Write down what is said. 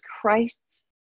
Christ's